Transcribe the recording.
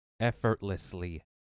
Effortlessly